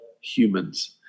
humans